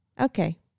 Okay